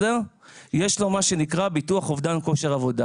יש לו מה שנקרא ביטוח אובדן כושר עבודה.